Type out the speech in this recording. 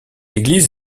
église